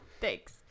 Thanks